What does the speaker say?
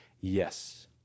yes